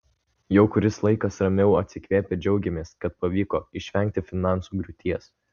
jau kuris laikas ramiau atsikvėpę džiaugiamės kad pavyko išvengti finansų griūties